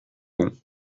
bon